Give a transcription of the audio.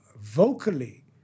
vocally